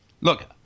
Look